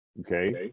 Okay